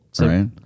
Right